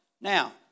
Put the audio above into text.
Now